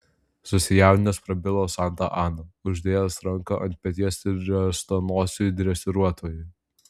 susijaudinęs prabilo santa ana uždėjęs ranką ant peties riestanosiui dresiruotojui